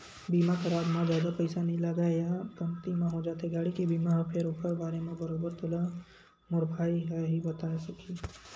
बीमा कराब म जादा पइसा नइ लगय या कमती म हो जाथे गाड़ी के बीमा ह फेर ओखर बारे म बरोबर तोला मोर भाई ह ही बताय सकही